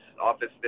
office